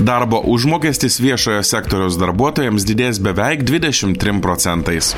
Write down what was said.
darbo užmokestis viešojo sektoriaus darbuotojams didės beveik dvidešim trim procentais